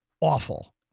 awful